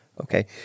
Okay